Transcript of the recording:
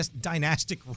dynastic